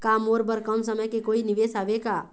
का मोर बर कम समय के कोई निवेश हावे का?